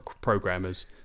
programmers